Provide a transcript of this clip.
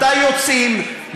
מתי יוצאים,